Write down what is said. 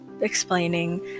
explaining